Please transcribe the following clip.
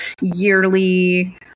yearly